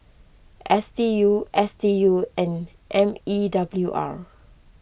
S D U S D U and M E W R